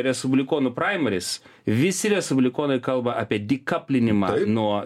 respublikonų praimaris visi respublikonai kalba apie dikaplinimą nuo